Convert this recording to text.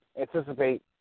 anticipate